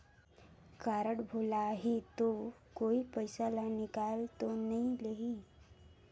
Card भुलाही ता कोई पईसा ला निकाल तो नि लेही?